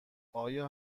آیا